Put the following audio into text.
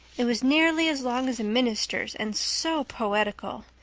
it was nearly as long as a minister's and so poetical.